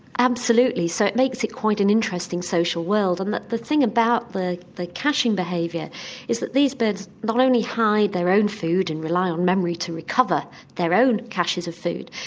absolutely, so it makes it quite an interesting social world. and the thing about the the caching behaviour is that these birds not only hide their own food and rely on memory to recover their own caches of food,